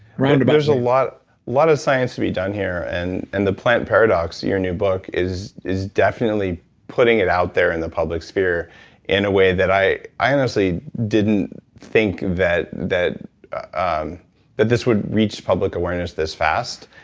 and but is a lot of science to be done here, and and the plant paradox, your new book is is definitely putting it out there in the public sphere in a way that i i honestly didn't think that that um that this would reach public awareness this fast.